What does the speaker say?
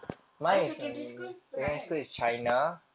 then secondary school pernah kan